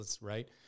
Right